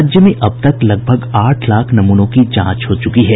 राज्य में अब तक लगभग आठ लाख नमूनों की जांच हो चुकी है